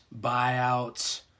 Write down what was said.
buyouts